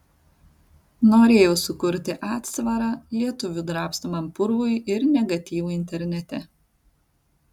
norėjau sukurti atsvarą lietuvių drabstomam purvui ir negatyvui internete